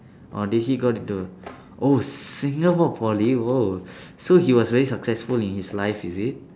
oh did he got it to oh singapore poly !wow! so he was very successful in his life is it